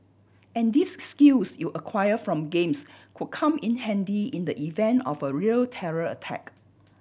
and these skills you acquired from games could come in handy in the event of a real terror attack